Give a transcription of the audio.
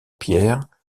pierre